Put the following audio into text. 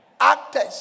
Actors